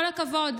כל הכבוד,